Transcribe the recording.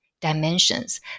dimensions